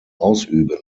ausüben